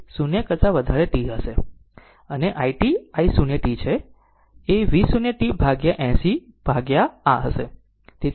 તેથી તે 0 કરતા વધારે t હશે અને i t i 0 t એ V 0 t ભાગ્યા 60 ભાગ્યા આ હશે